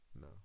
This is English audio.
No